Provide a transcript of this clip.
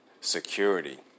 security